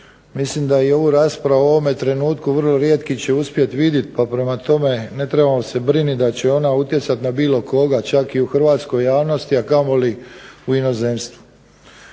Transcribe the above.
mislim da i ovu raspravu u ovome trenutku vrlo rijetki će uspjeti vidjeti pa prema tome ne trebamo se brinuti da će ona utjecati na bilo koga čak i u hrvatskoj javnosti, a kamoli u inozemstvu.